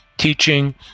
teaching